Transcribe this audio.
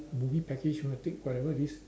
movie package you want to take whatever this